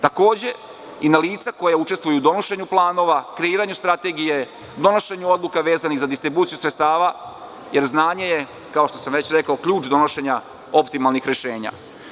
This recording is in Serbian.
Takođe, i na lica koja učestvuju u donošenju planova, kreiranju strategije, donošenju odluka vezanih za distribuciju sredstava, jer znanje je ključ donošenja optimalnih rešenja.